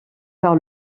par